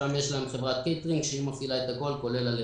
שם יש להם חברה שהיא מפעילה את הכול כולל הלחם.